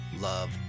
love